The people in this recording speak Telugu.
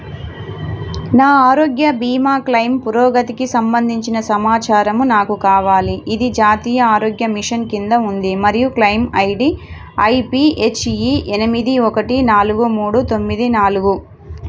నా ఆరోగ్య భీమా క్లయిమ్ పురోగతికి సంబంధించిన సమాచారము నాకు కావాలి ఇది జాతీయ ఆరోగ్య మిషన్ కింద ఉంది మరియు క్లయిమ్ ఐడీ ఐపీహెచ్ఈ ఎనిమిది ఒకటి నాలుగు మూడు తొమ్మిది నాలుగు